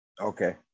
Okay